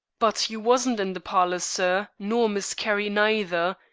but you wasn't in the parlors, sir, nor miss carrie neither,